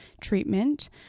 treatment